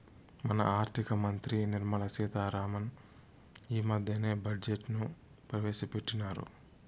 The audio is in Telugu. మన ఆర్థిక మంత్రి నిర్మలా సీతా రామన్ ఈ మద్దెనే బడ్జెట్ ను ప్రవేశపెట్టిన్నారు